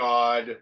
God